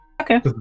Okay